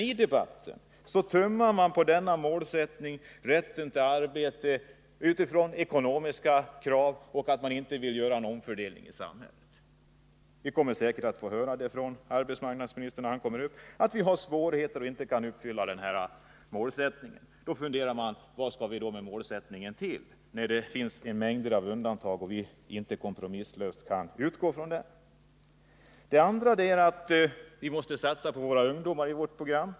I debatten tummar man på målsättningen om rätten till arbete utifrån ekonomiska krav och att man inte vill göra någon fördelning i samhället. Vi kommer säkert att få höra av arbetsmarknadsministern, när han kommer upp, att vi har svårigheter och inte kan förverkliga den här målsättningen. Då undrar man: Vad skall vi då med målsättningen till, när man gör mängder med undantag och inte kompromisslöst kan utgå från den? 2. Vi måste satsa på ungdomarna.